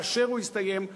כאשר הוא יסתיים,